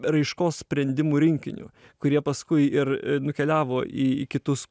raiškos sprendimų rinkiniu kurie paskui ir nukeliavo į į kitus